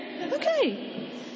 Okay